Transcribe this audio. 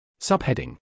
Subheading